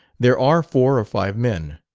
there are four or five men.